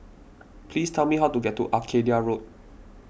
please tell me how to get to Arcadia Road